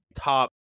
top